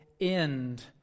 end